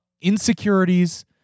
insecurities